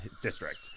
district